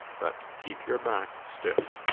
but keep your back stiff.